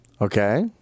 Okay